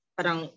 Parang